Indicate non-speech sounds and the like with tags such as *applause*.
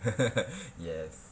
*laughs* yes